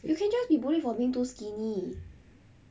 you can just be bullied for being too skinny